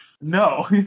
No